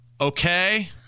okay